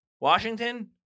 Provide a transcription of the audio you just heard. Washington